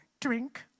drink